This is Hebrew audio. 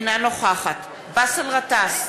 אינה נוכחת באסל גטאס,